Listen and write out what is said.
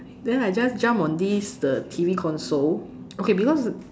then I just jump on this the T_V console okay because